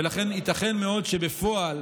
ולכן ייתכן מאוד שבפועל